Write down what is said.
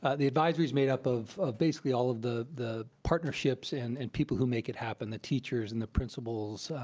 ah the advisory's made up of of basically all of the the partnerships and and people who make it happen, the teachers and the principals,